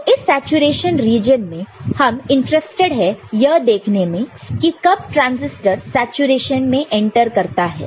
तो इस saturation region में हम इंटरेस्टेड है यह देखने में कि कब ट्रांसिस्टर सैचुरेशन में एंटर करता है